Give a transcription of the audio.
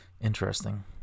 Interesting